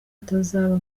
atazaba